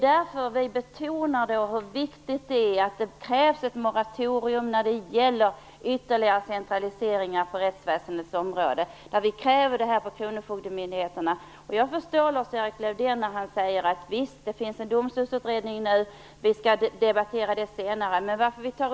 Därför betonar vi vikten av ett moratorium när det gäller ytterligare centraliseringar på rättsväsendets område, där vi har våra krav beträffande kronofogdemyndigheterna. Jag förstår Lars-Erik Lövdén när han säger: Visst, det finns en domstolsutredning, vars arbete vi senare skall debattera.